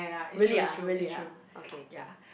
really ah really ah okay okay